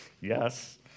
yes